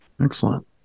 Excellent